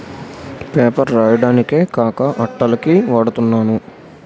paper రాయడానికే కాక అట్టల కి వాడతన్నారు